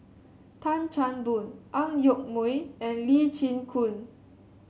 Tan Chan Boon Ang Yoke Mooi and Lee Chin Koon